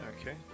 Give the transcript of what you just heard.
Okay